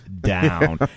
down